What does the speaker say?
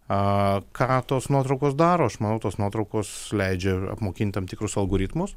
a ką tos nuotraukos daro aš manau tos nuotraukos leidžia apmokint tam tikrus algoritmus